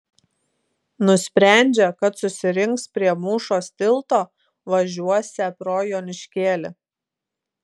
nusprendžia kad susirinks prie mūšos tilto važiuosią pro joniškėlį